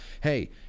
hey